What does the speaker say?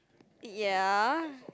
ya